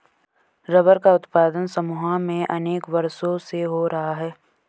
rubber का उत्पादन Samoa में अनेक वर्षों से हो रहा है